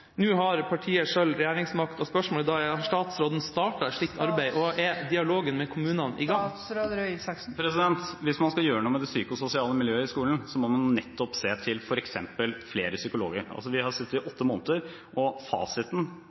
Nå har partiet selv regjeringsmakt og spørsmålet er da: Har statsråden startet et slikt arbeid, og er dialogen med kommunene i gang? Hvis man skal gjøre noe med det psykososiale miljøet i skolen, må man se på f.eks. flere psykologer. Vi har sittet i åtte måneder, og den foreløpige fasiten